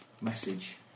message